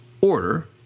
order